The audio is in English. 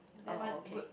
oh okay